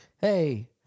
Hey